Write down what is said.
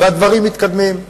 והדברים מתקדמים.